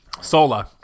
Sola